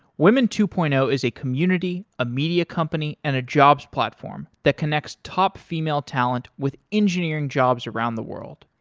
women two point zero is a community, a media company and a jobs platform that connects top female talent with engineering jobs around the world.